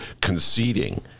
conceding